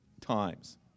times